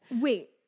Wait